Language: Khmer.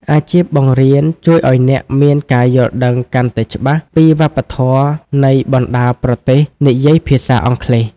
អាជីពបង្រៀនជួយឱ្យអ្នកមានការយល់ដឹងកាន់តែច្បាស់ពីវប្បធម៌នៃបណ្តាប្រទេសនិយាយភាសាអង់គ្លេស។